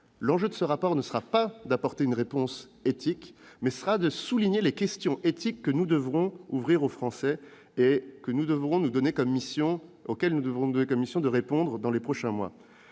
l'enjeu de ce rapport sera non pas d'apporter une réponse en la matière, mais de souligner les questions éthiques que nous devrons offrir aux Français et auxquelles nous nous donnons pour mission de répondre dans les prochains mois.